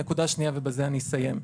נקודה שנייה, ובזה אני אסיים.